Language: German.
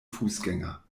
fußgänger